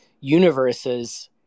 universe's